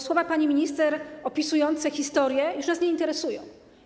Słowa pani minister opisujące historię już nas nie interesują.